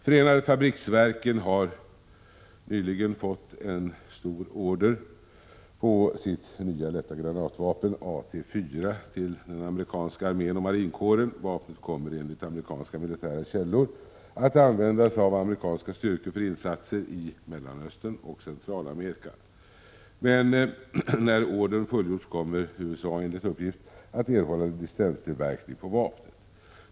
Förenade fabriksverken, FFV, har nyligen fått en stor order på sitt nya lätta granatgevär AT-4 till den amerikanska armén och marinkåren. Vapnet kommer enligt amerikanska militära källor att användas av amerikanska styrkor för insatser i Mellanöstern och Centralamerika. Men när ordern fullgjorts kommer USA, enligt uppgift, att erhålla licenstillverkning på vapnet.